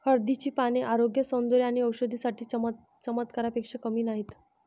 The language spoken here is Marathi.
हळदीची पाने आरोग्य, सौंदर्य आणि औषधी साठी चमत्कारापेक्षा कमी नाहीत